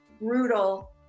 brutal